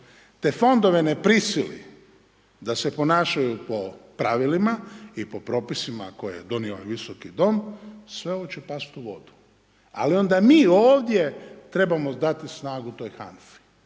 te fondove ne prisili da se ponašaju po pravilima i po propisima koje je donio ovaj visoki dom, sve ovo će past u vodu. Ali, onda mi ovdje trebamo dati snagu toj HANFA-i.